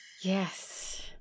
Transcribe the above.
Yes